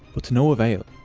but to no avail,